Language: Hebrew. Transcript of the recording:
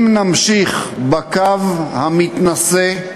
אם נמשיך בקו המתנשא,